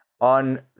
On